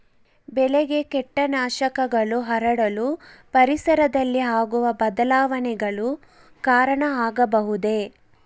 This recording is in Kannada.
ಬೆಳೆಗೆ ಕೇಟನಾಶಕಗಳು ಹರಡಲು ಪರಿಸರದಲ್ಲಿ ಆಗುವ ಬದಲಾವಣೆಗಳು ಕಾರಣ ಆಗಬಹುದೇ?